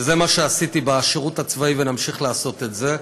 וזה מה שעשיתי בשירות הצבאי, ונמשיך לעשות את זה.